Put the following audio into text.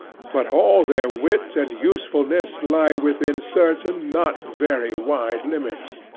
but all their wit and usefulness lie within certain not very wide limits.